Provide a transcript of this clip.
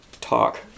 talk